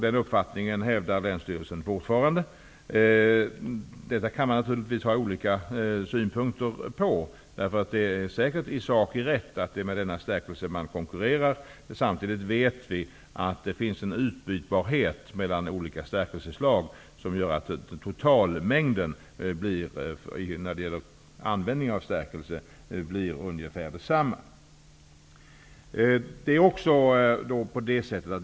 Den uppfattningen hävdar länsstyrelsen fortfarande. Detta kan man naturligtvis ha olika synpunkter på. Det är säkert i sak riktigt att det är med denna stärkelse som man konkurrerar, men samtidigt vet vi att det finns en utbytbarhet mellan olika stärkelseslag, vilket gör att den totala mängden stärkelse blir ungefär densamma.